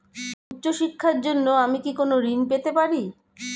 উচ্চশিক্ষার জন্য আমি কি কোনো ঋণ পেতে পারি?